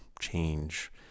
change